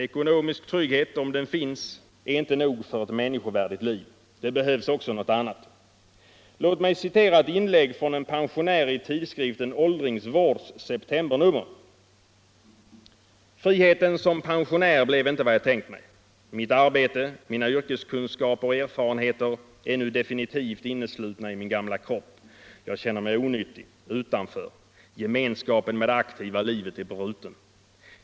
Ekonomisk trygghet = om den finns — är inte nog för ett människovärdigt liv. Det behövs också något annat. Låt mig citera ett inlägg från en pensionär i tidskriften Åldringsvårds septembernummer. ”Friheten som pensionär blev inte vad jag tänkt mig. Mitt arbete, mina yrkeskunskaper och erfarenheter är nu definitivt innestutna i min gamla kropp. Jag känner mig onyttig, utanför. Gemenskapen med det aktiva livet är brutet!